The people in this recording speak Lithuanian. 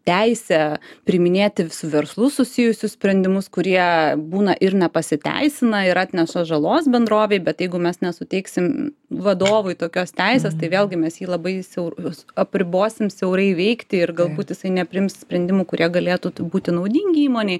teisę priiminėti su verslu susijusius sprendimus kurie būna ir nepasiteisina ir atneša žalos bendrovei bet jeigu mes nesuteiksim vadovui tokios teisės tai vėlgi mes jį labai siaurus apribosim siaurai veikti ir galbūt jisai nepriims sprendimų kurie galėtų būti naudingi įmonei